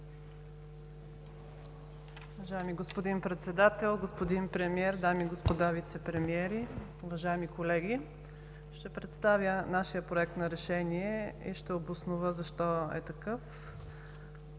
Уважаеми господин Председател, господин Премиер, дами и господа вицепремиери, уважаеми колеги! Ще представя нашия Проект на решение и ще обоснова защо е такъв.